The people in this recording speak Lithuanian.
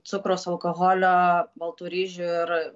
cukraus alkoholio baltų ryžių ir